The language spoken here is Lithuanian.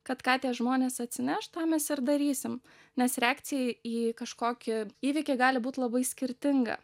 kad ką tie žmonės atsineš tą mes ir darysim nes reakcija į kažkokį įvykį gali būt labai skirtinga